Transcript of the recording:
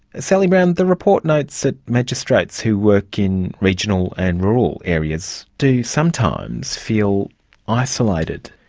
sally brown, the report notes that magistrates who work in regional and rural areas do sometimes feel isolated.